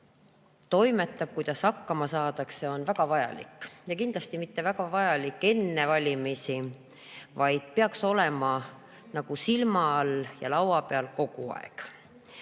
toimetab, kuidas hakkama saadakse, on väga vajalik. Ja kindlasti väga vajalik mitte [ainult] enne valimisi, vaid peaks olema silma all ja laua peal kogu aeg.